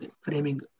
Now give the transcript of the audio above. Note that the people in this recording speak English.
framing